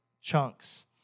chunks